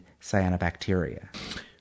cyanobacteria